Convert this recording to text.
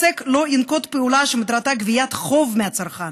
עוסק לא ינקוט פעולה שמטרתה גביית חוב מהצרכן,